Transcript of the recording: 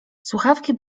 słuchawki